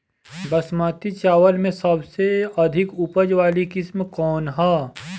बासमती चावल में सबसे अधिक उपज वाली किस्म कौन है?